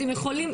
אתם יכולים,